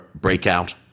breakout